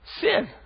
sin